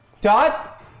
Dot